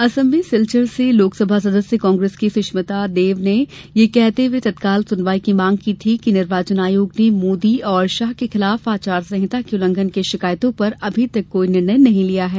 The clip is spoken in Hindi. असम में सिलचर से लोकसभा सदस्य कांग्रेस की सुष्मिता देव ने यह कहते हुए तत्काल सुनवाई की मांग की थी कि निर्वाचन आयोग ने मोदी और शाह के खिलाफ आचार संहिता के उल्लघंन की शिकायतों पर अभी तक कोई निर्णय नही लिया है